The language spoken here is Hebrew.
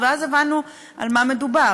ואז הבנו על מה מדובר.